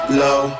low